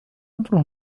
أمر